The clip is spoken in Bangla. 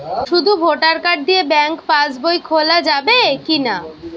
শুধু ভোটার কার্ড দিয়ে ব্যাঙ্ক পাশ বই খোলা যাবে কিনা?